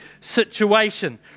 situation